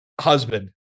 husband